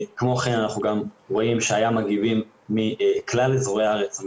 כמו כן אנחנו גם רואים שהיו מגיבים מכלל אזורי הארץ.